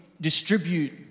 distribute